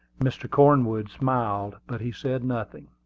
mr. cornwood smiled, but he said nothing.